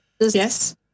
Yes